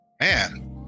man